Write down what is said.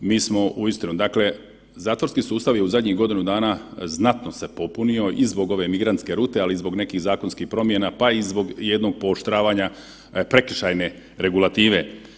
Mi smo uistinu, dakle zatvorski sustav je u zadnjih godinu dana znatno se popunio i zbog ove migrantske rute, ali i zbog nekih zakonskih promjena pa i zbog jednog pooštravanja prekršajne regulative.